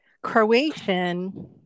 croatian